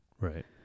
Right